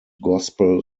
gospel